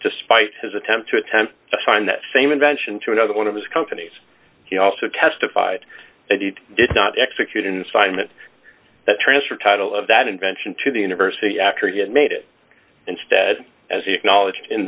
despite his attempt to attempt to find that same invention to another one of his companies he also testified that he did not execute incitement that transfer title of that invention to the university after he had made it instead as he acknowledged in